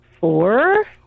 Four